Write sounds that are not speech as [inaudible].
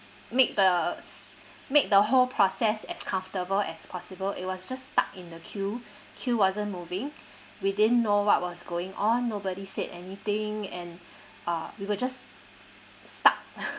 make the s~ make the whole process as comfortable as possible it was just stuck in the queue [breath] queue wasn't moving [breath] we didn't know what was going on nobody said anything and [breath] uh we were just stuck [noise]